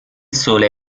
sole